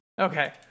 Okay